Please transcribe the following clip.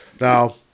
Now